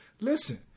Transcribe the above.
listen